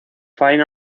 fine